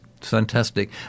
Fantastic